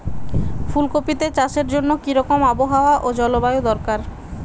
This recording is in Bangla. ফুল কপিতে চাষের জন্য কি রকম আবহাওয়া ও জলবায়ু দরকার?